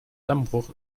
dammbruch